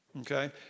okay